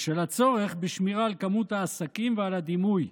בשל הצורך בשמירה על כמות העסקים ועל הדימוי,